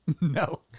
No